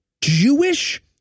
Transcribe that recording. jewish